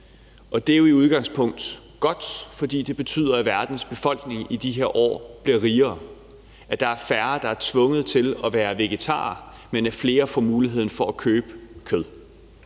Det er jo i udgangspunktet godt, for det betyder, at verdens befolkning i de her år bliver rigere, at der er færre, der er tvunget til at være vegetarer, men at flere får muligheden for at købe kød.